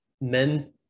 men